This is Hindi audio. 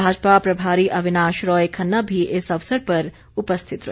भाजपा प्रभारी अविनाश राय खन्ना भी इस अवसर पर उपस्थित रहे